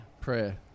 Prayer